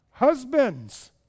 Husbands